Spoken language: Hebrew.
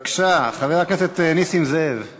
אני יודע שדיברתי יפה, אבל